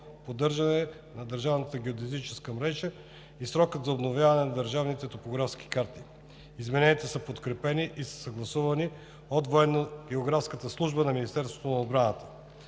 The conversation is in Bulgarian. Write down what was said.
поддържане на държавната геодезическа мрежа и срока за обновяване на държавните топографски карти. Измененията са подкрепени и съгласувани от Военно-географската служба на Министерството на отбраната.